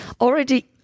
already